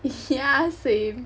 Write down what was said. yeah same